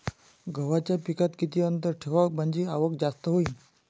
गव्हाच्या पिकात किती अंतर ठेवाव म्हनजे आवक जास्त होईन?